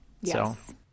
Yes